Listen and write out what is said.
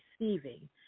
receiving